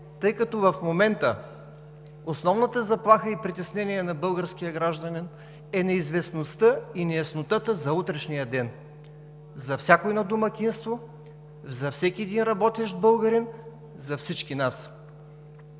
тъй като в момента основната заплаха и притеснение на българския гражданин е неизвестността и неяснотата за утрешния ден за всяко едно домакинство, за всеки един работещ българин, за всички нас.